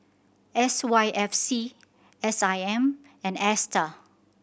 S Y F C S I M and Astar